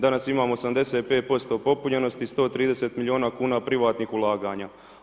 Danas imamo 85% popunjenosti i 130 milijuna kuna privatnih ulaganja.